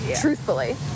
Truthfully